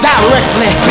Directly